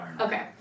okay